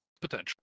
Potential